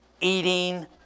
eating